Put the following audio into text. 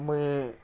ମୁଇଁ